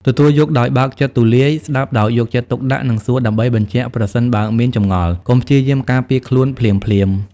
ទទួលយកដោយបើកចិត្តទូលាយ ស្តាប់ដោយយកចិត្តទុកដាក់ និងសួរដើម្បីបញ្ជាក់ប្រសិនបើមានចម្ងល់ កុំព្យាយាមការពារខ្លួនភ្លាមៗ។